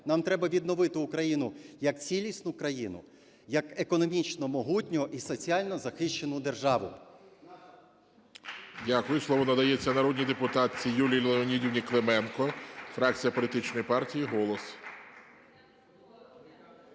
Нам треба відновити Україну як цілісну країну, як економічно могутню і соціально захищену державу.